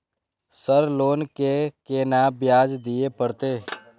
Sir loan के केना ब्याज दीये परतें?